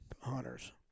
hunters